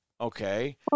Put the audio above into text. Okay